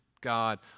God